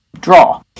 draw